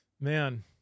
Man